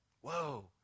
Whoa